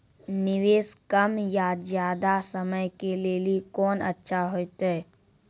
निवेश कम या ज्यादा समय के लेली कोंन अच्छा होइतै?